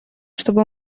чтобы